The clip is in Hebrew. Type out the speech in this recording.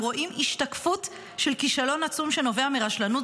הם רואים השתקפות של כישלון עצום שנובע מרשלנות,